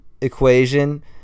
equation